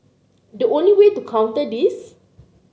the only way to counter this